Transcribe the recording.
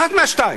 אחת מהשתיים,